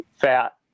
fat